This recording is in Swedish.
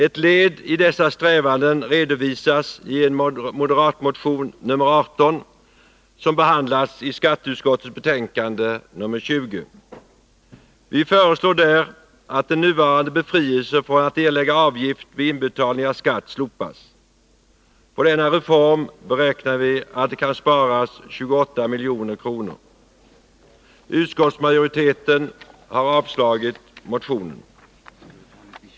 Ett led i dessa strävanden redovisas i en moderatmotion, nr 18, som behandlats i skatteutskottets betänkande nr 20. Vi föreslår i motionen att den nuvarande befrielsen från att erlägga avgift vid inbetalning av skatt slopas. På denna reform beräknar vi att det kan sparas 28 milj.kr. Utskottsmajoriteten har avstyrkt motionen.